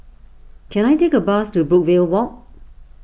can I take a bus to Brookvale Walk